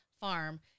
farm